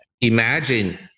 imagine